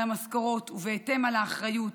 על המשכורות, ובהתאם על האחריות,